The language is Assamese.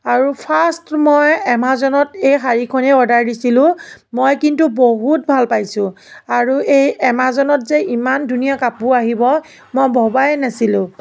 আৰু ফাৰ্ষ্ট মই এমাজনত এই শাড়ীখনেই অৰ্ডাৰ দিছিলোঁ মই কিন্তু বহুত ভাল পাইছোঁ আৰু এই এমাজনত যে ইমান ধুনীয়া কাপোৰ আহিব মই ভবাই নাছিলোঁ